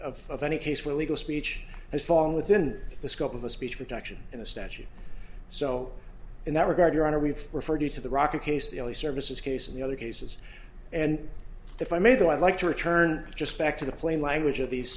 cited of any case where legal speech has fall within the scope of the speech production in the statute so in that regard your honor we've referred you to the rocket case the services case and the other cases and if i may though i'd like to return just back to the plain language of the